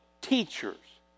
teachers